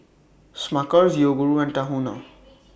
Smuckers Yoguru and Tahuna